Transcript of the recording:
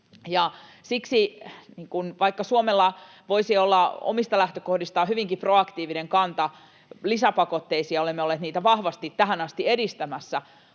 siksi, vaikka Suomella voisi olla omista lähtökohdistaan hyvinkin proaktiivinen kanta lisäpakotteisiin ja olemme olleet niitä vahvasti tähän asti edistämässä,